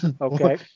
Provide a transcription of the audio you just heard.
Okay